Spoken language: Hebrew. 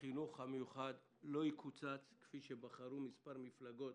החינוך המיוחד לא יקוצץ, כפי שבחרו מספר מפלגות